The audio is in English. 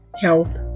health